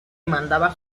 mandaba